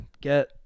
Get